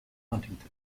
huntington